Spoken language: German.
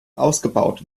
ausgebaut